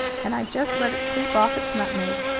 and i just let it sleep off its nutmeg.